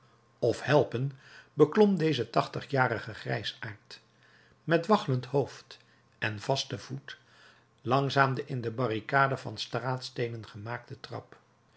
of helpen beklom deze tachtigjarige grijsaard met waggelend hoofd en vasten voet langzaam de in de barricade van straatsteenen gemaakte trap